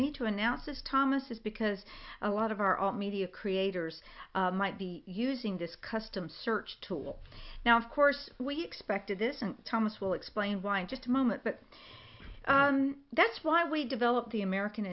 need to announce this thomas is because a lot of our own media creators might be using this custom search tool now of course we expected this and thomas will explain why in just a moment but that's why we developed the american